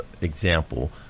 example